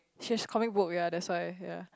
she has commit work with other side ya